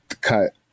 cut